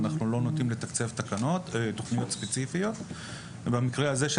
אנחנו לא נוטים לתקצב תוכניות ספציפיות כאלה ואחרות ובמקרה הזה של